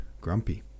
grumpy